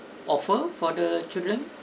offer for the children